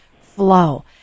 flow